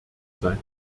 sein